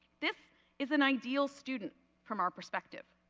this is an ideal student from our perspective.